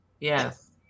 yes